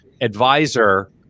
advisor